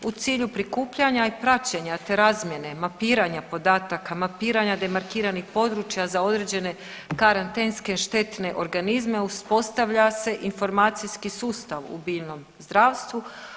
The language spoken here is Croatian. U cilju prikupljanja i praćenja, te razmjene mapiranja podataka, mapiranja demarkiranih područja za određene karantenske štetne organizme uspostavlja se informacijski sustav u biljnom zdravstvu.